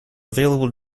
available